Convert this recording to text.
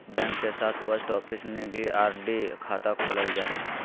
bank के साथ post office में भी आर.डी खाता खोलल जा हइ